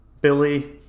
Billy